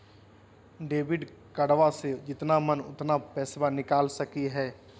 Debit कार्डबा से जितना मन उतना पेसबा निकाल सकी हय?